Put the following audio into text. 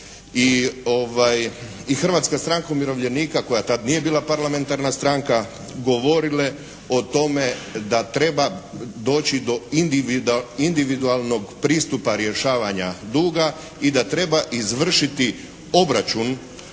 i Hrvatska stranka umirovljenika koja tad nije bila parlamentarna stranka govorile o tome da treba doći do individualnog pristupa rješavanja duga. I da treba izvršiti obračun